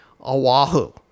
Oahu